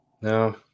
No